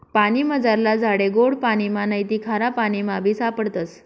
पानीमझारला झाडे गोड पाणिमा नैते खारापाणीमाबी सापडतस